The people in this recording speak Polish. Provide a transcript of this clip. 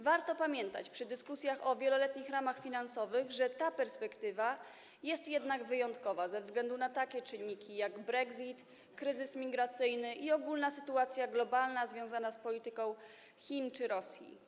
Warto pamiętać przy dyskusjach o wieloletnich ramach finansowych, że ta perspektywa jest jednak wyjątkowa ze względu na takie czynniki jak brexit, kryzys migracyjny i ogólna sytuacja globalna związana z polityką Chin czy Rosji.